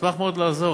נשמח מאוד לעזור,